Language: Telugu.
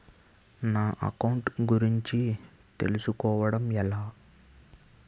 నా అకౌంట్ గురించి తెలుసు కోవడం ఎలా?